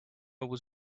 was